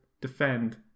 defend